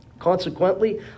Consequently